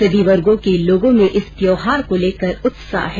सभी वर्गों के लोगों में इस त्योहार को लेकर उत्साह है